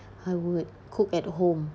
I would cook at home